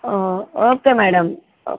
okay madam okay